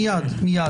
מיד.